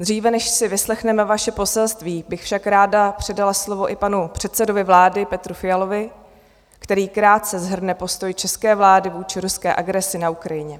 Dříve, než si vyslechneme vaše poselství, bych však ráda předala slovo i panu předsedovi vlády Petru Fialovi, který krátce shrne postoj české vlády vůči ruské agresi na Ukrajině.